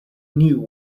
knew